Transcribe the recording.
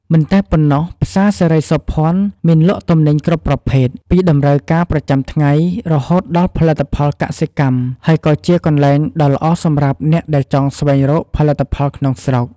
មិនតែប៉ុណ្ណោះផ្សារសិរីសោភ័ណមានលក់ទំនិញគ្រប់ប្រភេទ ពីតម្រូវការប្រចាំថ្ងៃ រហូតដល់ផលិតផលកសិកម្ម ហើយក៏ជាកន្លែងដ៏ល្អសម្រាប់អ្នកដែលចង់ស្វែងរកផលិតផលក្នុងស្រុក។